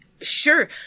sure